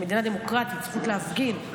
הזכות להפגין,